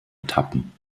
etappen